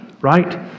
right